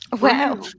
Wow